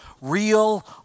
real